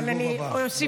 אבל אני אוסיף,